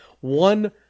one